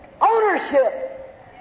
ownership